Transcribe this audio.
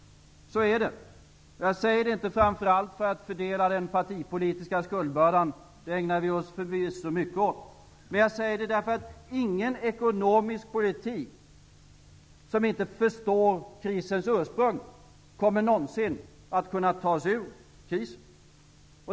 Så är det. Jag säger det inte för att framför allt fördela den partipolitiska skuldbördan. Det ägnar vi oss förvisso mycket åt. Jag säger det därför att ingen ekonomisk politik som inte förstår krisens ursprung kommer någonsin att kunna ta oss ur krisen.